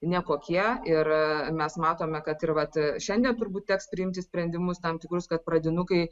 nekokie ir mes matome kad ir vat šiandien turbūt teks priimti sprendimus tam tikrus kad pradinukai